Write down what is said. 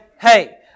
hey